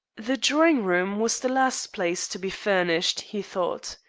the drawing-room was the last place to be furnished, he thought.